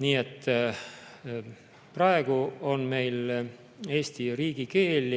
Nii et praegu on meil eesti keel